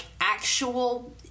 actual